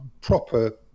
Proper